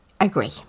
Agree